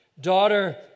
Daughter